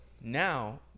now